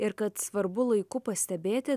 ir kad svarbu laiku pastebėti